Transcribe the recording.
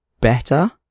better